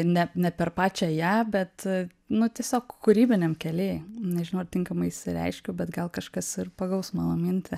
ne ne per pačią ją bet nu tiesiog kūrybiniam kely nežinau ar tinkamai išsireiškiau gal kažkas ir pagaus mano mintį